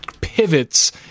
pivots